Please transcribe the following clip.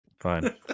fine